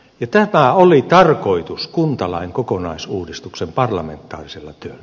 tämä oli tarkoitus kuntalain kokonaisuudistuksen parlamentaarisella työllä